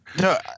No